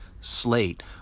slate